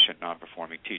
non-performing